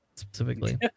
specifically